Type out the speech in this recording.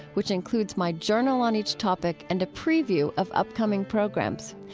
which includes my journal on each topic and a preview of upcoming programs.